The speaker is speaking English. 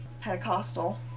Pentecostal